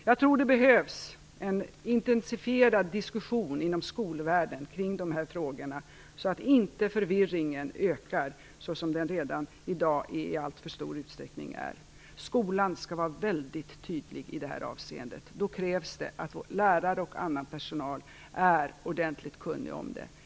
Jag tror att det behövs en intensifierad diskussion inom skolvärlden kring dessa frågor så att inte förvirringen ökar. Den är redan i dag stor nog. Skolan skall vara mycket tydlig i det här avseendet. Då krävs det att lärare och annan personal är ordentligt kunniga om detta.